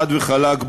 חד וחלק,